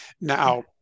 Now